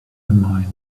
mind